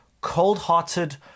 cold-hearted